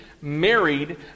married